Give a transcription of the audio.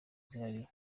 zihariye